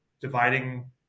dividing